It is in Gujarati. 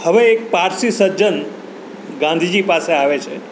હવે એક પારસી સજ્જન ગાંધીજી પાસે આવે છે